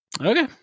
okay